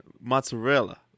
Mozzarella